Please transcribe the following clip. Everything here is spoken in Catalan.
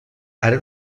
ara